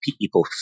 people